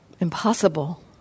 impossible